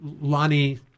lonnie